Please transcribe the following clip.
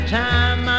time